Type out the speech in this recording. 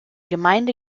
gemeinde